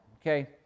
okay